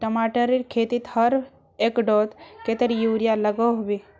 टमाटरेर खेतीत हर एकड़ोत कतेरी यूरिया लागोहो होबे?